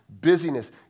busyness